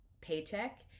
paycheck